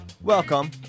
Welcome